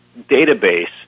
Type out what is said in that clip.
database